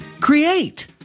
create